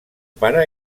pare